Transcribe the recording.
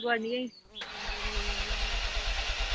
गोआंढ़ियें ई